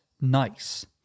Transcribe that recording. nice